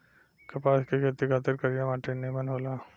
कपास के खेती खातिर करिया माटी निमन होला